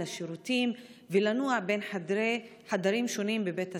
לשירותים ולנוע בין חדרים שונים בבית הספר.